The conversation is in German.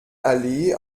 allee